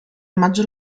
maggior